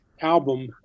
album